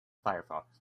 firefox